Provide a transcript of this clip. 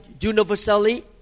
universally